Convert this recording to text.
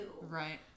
Right